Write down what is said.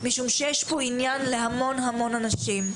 משום שיש פה עניין להמון המון אנשים.